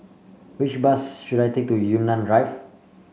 which bus should I take to Yunnan Drive